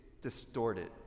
distorted